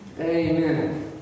Amen